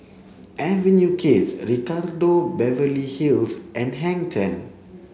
Avenue Kids Ricardo Beverly Hills and Hang Ten